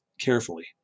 carefully